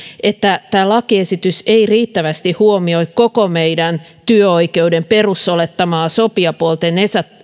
että tämä lakiesitys ei riittävästi huomioi koko meidän työoikeutemme perusolettamaa sopijapuolten